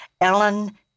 Ellen